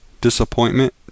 disappointment